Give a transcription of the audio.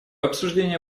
обсуждение